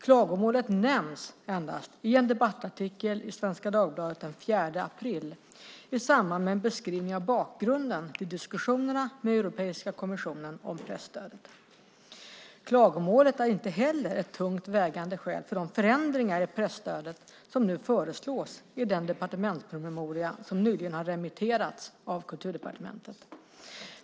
Klagomålet nämns endast i en debattartikel i Svenska Dagbladet den 4 april i samband med en beskrivning av bakgrunden till diskussionerna med Europeiska kommissionen om presstödet. Klagomålet är inte heller ett tungt vägande skäl för de förändringar i presstödet som nu föreslås i den departementspromemoria som nyligen har remitterats av Kulturdepartementet.